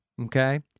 Okay